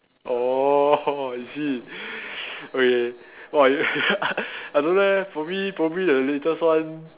orh is it okay !wah! I don't know eh probably probably the latest one